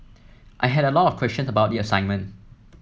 I had a lot of questions about the assignment